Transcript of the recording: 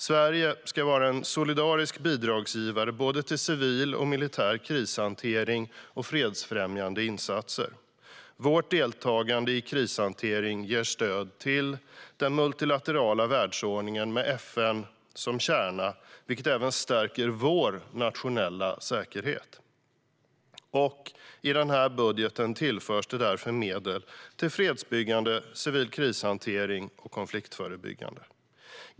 Sverige ska vara en solidarisk bidragsgivare till såväl civil och militär krishantering som fredsfrämjande insatser. Vårt deltagande i krishantering ger stöd till den multilaterala världsordningen med FN som kärna, vilket även stärker vår nationella säkerhet. I den här budgeten tillförs därför medel till fredsbyggande, civil krishantering och konfliktförebyggande.